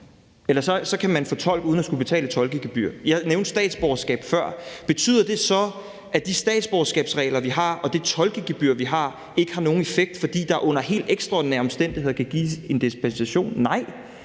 landet, så kan man få tolk uden at skulle betale et tolkegebyr. Jeg nævnte før statsborgerskab. Betyder det så, at de statsborgerskabsregler, vi har, og det tolkegebyr, vi har, ikke har nogen effekt, fordi der under helt ekstraordinære omstændigheder kan gives en dispensation? Nej,